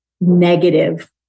negative